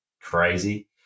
crazy